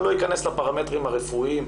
אני לא אכנס לפרמטרים הרפואיים,